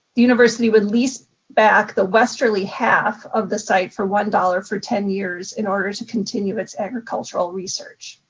the university would lease back the westerly half of the site for one dollars for ten years in order to continue its agricultural research.